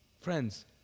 Friends